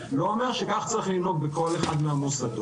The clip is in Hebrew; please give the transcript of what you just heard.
לא אומר שכך צריך לנהוג בכל אחד מהמוסדות.